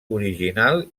original